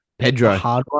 Pedro